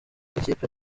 ikipe